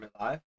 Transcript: Live